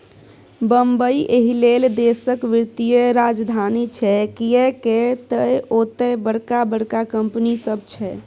बंबई एहिलेल देशक वित्तीय राजधानी छै किएक तए ओतय बड़का बड़का कंपनी सब छै